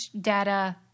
data